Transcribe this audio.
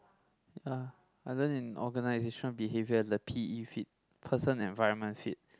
uh other than organisation behaviour the p_e fit person environment fit